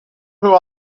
who